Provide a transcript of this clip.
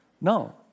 No